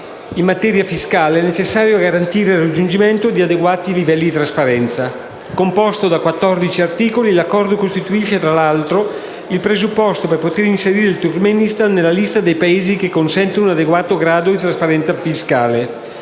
in materia fiscale, necessario a garantire il raggiungimento di adeguati livelli di trasparenza. Composto di 14 articoli, l'Accordo costituisce tra l'altro il presupposto per potere inserire il Turkmenistan nella lista dei Paesi che consentono un adeguato grado di trasparenza fiscale.